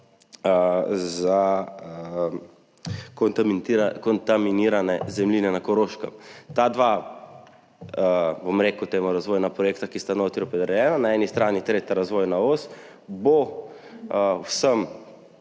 za kontaminirane zemljine na Koroškem. Ta dva, bom rekel temu razvojna projekta, ki sta notri opredeljena, na eni strani tretja razvojna os bo vsem,